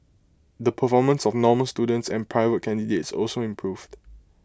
the performance of normal students and private candidates also improved